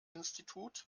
institut